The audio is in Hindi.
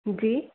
जी